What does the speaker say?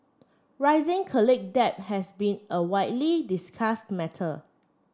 rising college debt has been a widely discussed matter